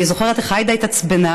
אני זוכרת איך עאידה התעצבנה.